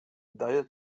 daje